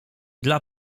dla